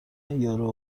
یورو